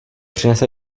přinese